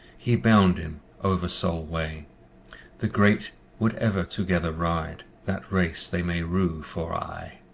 he bound him over solway the great would ever together ride that race they may rue for aye.